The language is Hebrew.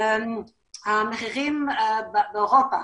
המחירים באירופה